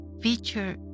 feature